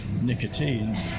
nicotine